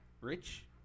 rich